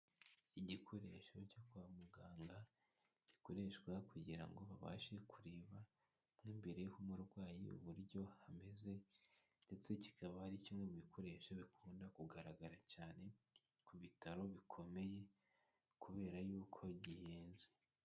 Igikoresho cyo kwa muganga, gikoreshwa kugira ngo babashe kureba mo imbere h'umurwayi uburyo hameze, ndetse kikaba ari kimwe mu bikoresho bikunda kugaragara cyane, ku bitaro bikomeye kubera yuko gihenze.